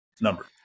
number